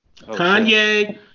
Kanye